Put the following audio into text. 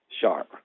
sharp